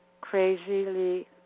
crazily